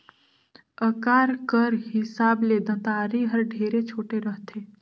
अकार कर हिसाब ले दँतारी हर ढेरे छोटे रहथे